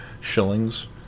shillings